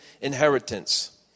inheritance